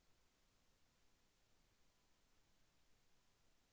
పత్తిలో కలుపు తీయడానికి ఏ పరికరం బాగుంటుంది?